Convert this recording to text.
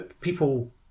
people